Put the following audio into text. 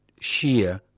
Shia